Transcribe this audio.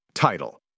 Title